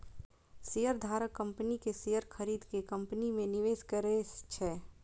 शेयरधारक कंपनी के शेयर खरीद के कंपनी मे निवेश करै छै